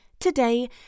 today